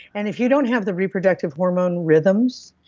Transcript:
and if you don't have the reproductive hormone rhythms,